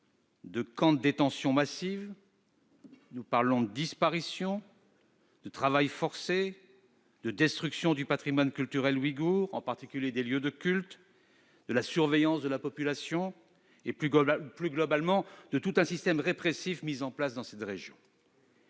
de camps de détentions massives, de disparitions, de travail forcé, de destruction du patrimoine culturel ouïghour, en particulier des lieux de culte, de surveillance de la population et, plus globalement, de tout un système répressif mis en place dans cette région.